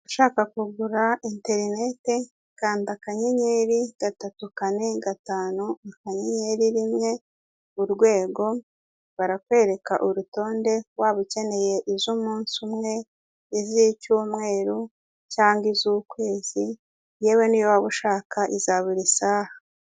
Uahaka kugura interineti kandi akanyenyeri gatatu kane gatanu akanyenyeri rimwe urwego barakwereka urutonde waba ukeneye iz'umunsi umwe, iz'icyumweru cyangwa iz'ukwezi yewe niyo waba ushaka iza buri saha.